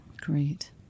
great